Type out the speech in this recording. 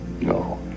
No